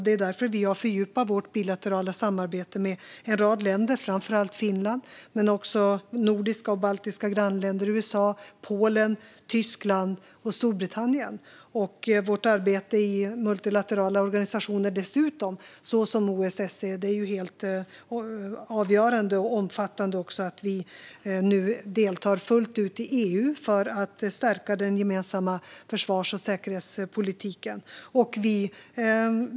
Det är därför vi har fördjupat vårt bilaterala samarbete med en rad länder, framför allt Finland men också våra nordiska och baltiska grannländer, USA, Polen, Tyskland och Storbritannien. Dessutom har vi vårt arbete i multilaterala organisationer som OSSE. Det är också helt avgörande att vi nu deltar fullt ut i EU för att stärka den gemensamma försvars och säkerhetspolitiken.